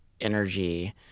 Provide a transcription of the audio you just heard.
energy